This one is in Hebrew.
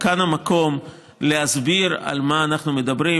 וכאן המקום להסביר על מה אנחנו מדברים,